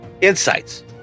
Insights